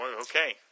okay